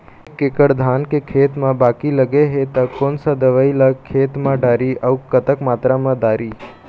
एक एकड़ धान के खेत मा बाकी लगे हे ता कोन सा दवई ला खेत मा डारी अऊ कतक मात्रा मा दारी?